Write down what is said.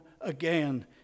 again